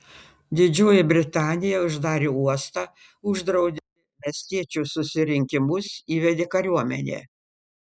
didžioji britanija uždarė uostą uždraudė miestiečių susirinkimus įvedė kariuomenę